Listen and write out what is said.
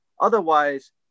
Otherwise